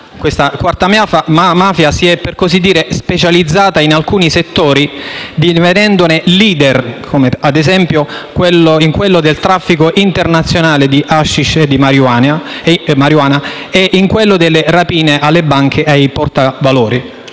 Questa quarta mafia si è, per così dire, specializzata in alcuni settori, divenendone *leader*, come ad esempio quello del traffico internazionale di hashish e marijuana e quello delle rapine alle banche e ai portavalori.